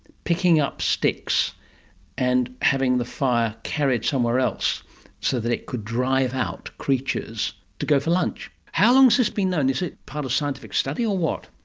picking up sticks and having the fire carried somewhere else so that it could drive out creatures to go for lunch. how long so has this been known? is it part of scientific study or what?